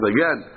Again